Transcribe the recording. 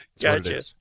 gotcha